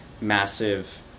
massive